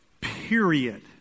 period